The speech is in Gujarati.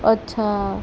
અચ્છા